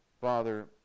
Father